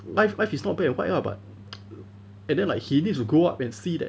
life life is not black and white lah but and then like he needs to grow up and see that